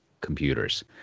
computers